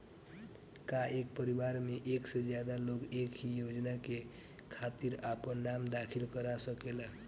का एक परिवार में एक से ज्यादा लोग एक ही योजना के खातिर आपन नाम दाखिल करा सकेला?